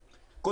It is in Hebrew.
הבא.